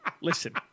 listen